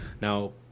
Now